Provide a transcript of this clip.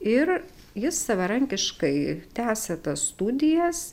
ir jis savarankiškai tęsia tas studijas